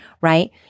right